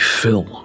fill